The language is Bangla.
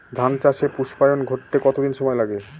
ধান চাষে পুস্পায়ন ঘটতে কতো দিন সময় লাগে?